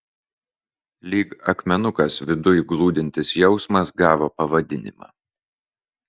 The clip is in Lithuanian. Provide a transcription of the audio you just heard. lyg akmenukas viduj glūdintis jausmas gavo pavadinimą